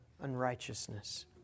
unrighteousness